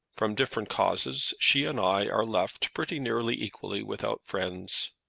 from different causes she and i are left pretty nearly equally without friends.